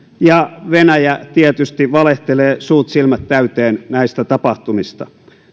ja venäjä tietysti valehtelee suut silmät täyteen näistä tapahtumista